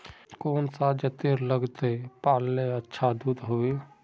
कौन सा जतेर लगते पाल्ले अच्छा दूध होवे?